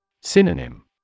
Synonym